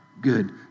Good